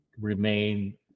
remain